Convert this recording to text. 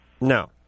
No